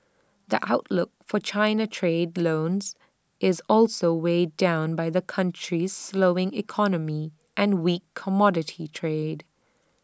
the outlook for China trade loans is also weighed down by the country's slowing economy and weak commodity trade